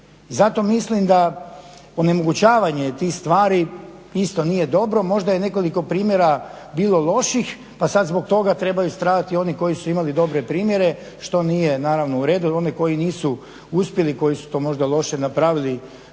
zato mislim da onemogućavanje tih stvari isto nije dobro, možda je nekoliko primjera bilo loših pa sada zbog toga trebaju stradati oni koji su imali dobre primjere što nije naravno uredu jel oni koji nisu uspjeli koji su to možda loše napravili